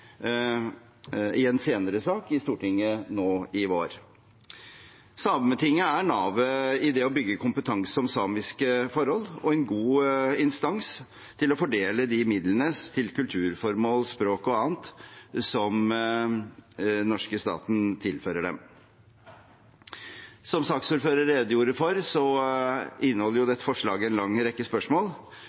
sak i Stortinget nå i vår. Sametinget er navet i det å bygge kompetanse om samiske forhold og en god instans til å fordele de midlene til kulturformål, språk og annet som den norske staten tilfører dem. Som saksordføreren redegjorde for, inneholder dette forslaget en lang rekke spørsmål.